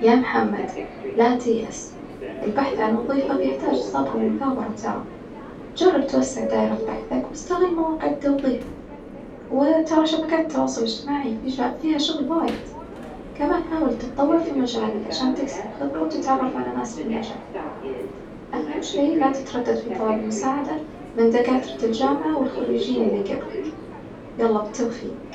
يا محمد، لا تيأس، البحث عن وظيفة بيحتاج صبر ومثابرة ترى، جرب توسّع دايرة بحثك واستغل مواقع التوظيف وترى شبكات التواصل الاجتماعي ف- فيها شغل وايد، كمان حاول تطور في مجالك عشان تكسب خبرة وتتعرف على ناس في المجال، أهم شي لا تتردد في طلب المساعدة من دكاترة الجامعة والخريجين الجبلك، يلا بالتوفيج.